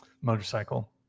motorcycle